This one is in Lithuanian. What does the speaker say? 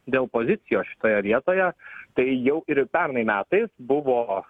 dėl policijos šitoje vietoje tai jau ir pernai metais buvo